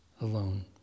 alone